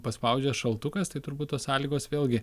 paspaudžia šaltukas tai turbūt tos sąlygos vėlgi